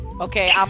okay